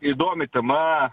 įdomi tema